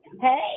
hey